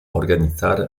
organitzar